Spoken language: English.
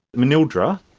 manildra,